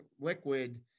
liquid